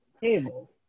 table